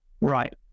Right